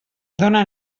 dóna